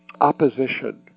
opposition